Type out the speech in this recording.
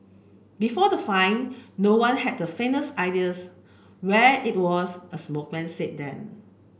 before the find no one had the faintest idea where it was a spokesman said then